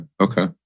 Okay